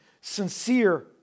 sincere